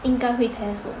应该会 test